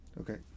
Okay